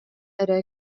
эрэ